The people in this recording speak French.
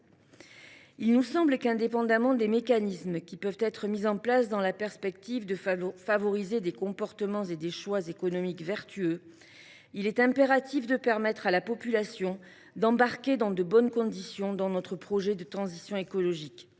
Il nous semble qu’indépendamment des mécanismes qui peuvent être mis en place dans la perspective de favoriser des comportements et des choix économiques vertueux, il est impératif de permettre à la population de s’engager dans de bonnes conditions dans notre projet de transition écologique.